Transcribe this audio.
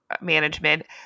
management